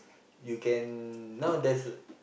you can now there's a